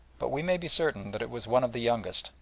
but we may be certain that it was one of the youngest,